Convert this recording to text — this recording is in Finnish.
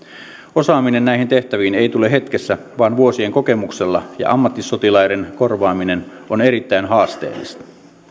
osaaminen näihin tehtäviin ei tule hetkessä vaan vuosien kokemuksella ja ammattisotilaiden korvaaminen on erittäin haasteellista